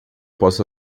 posso